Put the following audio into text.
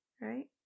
right